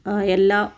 എല്ലാ